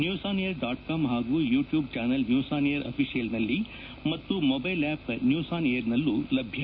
news on air dot com ಹಾಗೂ YouTube channel news on air ಅಫಿಷಿಯಲ್ನಲ್ಲಿ ಮತ್ತು ಮೊಬೈಲ್ ಆಪ್ ನ್ಯೂಸ್ ಆನ್ಏರ್ನಲ್ಲೂ ಲಭ್ಯ